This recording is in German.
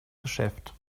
geschäft